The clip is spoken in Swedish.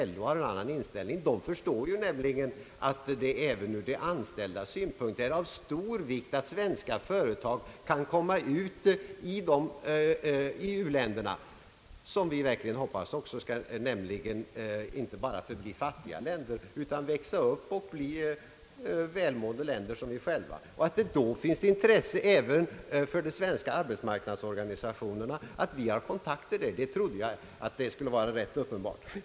LO har en annan inställning och förstår att det även ur de anställdas synpunkt är av stor vikt att svenska företag kan bedriva verksamhet i u-länderna, vilka, som vi verkligen hoppas, inte bara skall förbli fattiga utan bli välmående som vårt eget land. Jag trodde att det skulle vara rätt uppenbart för alla att det är ett intresse även för de svenska arbetsmarknadsorganisationerna att vi har kontakter där.